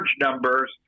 numbers